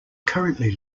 currently